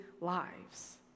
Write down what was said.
lives